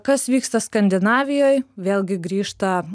kas vyksta skandinavijoj vėlgi grįžta